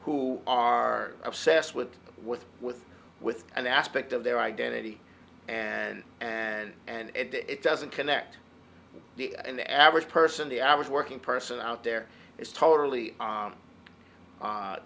who are obsessed with with with with an aspect of their identity and and and it doesn't connect the and the average person the average working person out there is totally